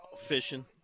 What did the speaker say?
fishing